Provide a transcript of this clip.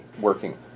working